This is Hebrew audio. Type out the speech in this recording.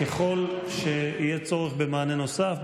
ככל שיהיה צורך במענה נוסף,